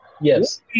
Yes